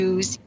Use